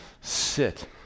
sit